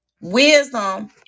wisdom